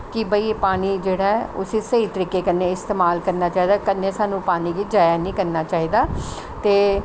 कि भाई एह् पानी जेह्ड़ा ऐ उसी स्हेई तरीके कन्नै इस्तमाल करना चाहिदा कन्नै सानूं पानी गी जाया निं करना चाहिदा ते